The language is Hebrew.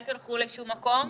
אל תלכו לשום מקום,